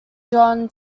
john